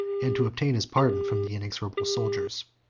and to obtain his pardon from the inexorable soldiers.